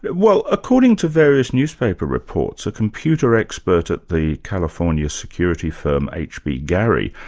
well according to various newspaper reports, a computer expert at the california security firm, hb gary,